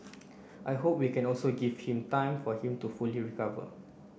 I hope we can also give him time for him to fully recover